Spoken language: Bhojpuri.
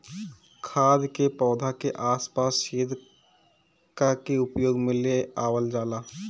खाद के पौधा के आस पास छेद क के उपयोग में ले आवल जाला